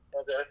okay